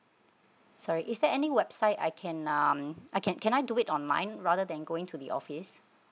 sorry is there any website I can um I can can I do it online rather than going to the office